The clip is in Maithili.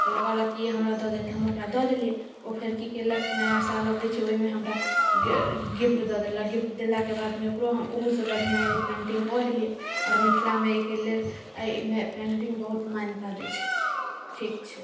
तऽ ओ कहलक की ई हमरा दऽ दे तऽ हम ओकरा दऽ देलियै ओ फेर की कयलक नया साल अबैत छै ओहिमे हमरा ग गिफ्ट दऽ देलक गिफ्ट देलाके बादमे ओकरो हम ओहूसँ बढ़िआँ एगो पेंटिंग कऽ देलियै आओर मिथिलामे एहिके लेल एहिमे पेंटिंग बहुत मान्यता दैत छै ठीक छै